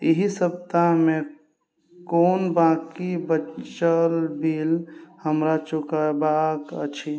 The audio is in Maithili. एहि सप्ताहमे कोन बांँकी बचल बिल हमरा चुकएबाक अछि